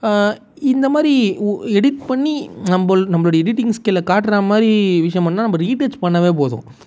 இந்த மாதிரி எடிட் பண்ணி நம்ப நம்மளுடைய எடிட்டிங் ஸ்கில்லை காட்டுறா மாதிரி விஷயமுன்னா நம்ம ரீ டச் பண்ணாலே போதும்